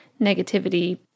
negativity